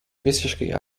visiškai